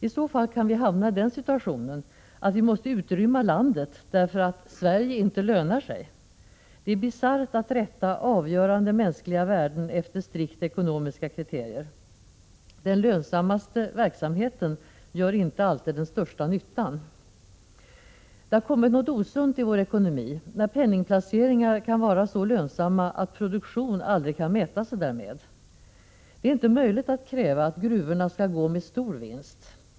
I så fall kan vi hamna i den situationen att vi måste utrymma landet därför att ”Sverige inte lönar sig”. Det är bisarrt att rätta avgörande mänskliga värden efter strikt ekonomiska kriterier. Den lönsammaste verksamheten gör inte alltid den största nyttan. Det har kommit något osunt i vår ekonomi, när penningplaceringar kan vara så lönsamma att produktion aldrig kan mäta sig därmed. Det är inte möjligt att kräva att gruvorna skall gå med stor vinst.